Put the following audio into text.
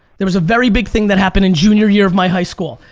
there was a very big thing that happened in junior year of my high school.